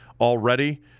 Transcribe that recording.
already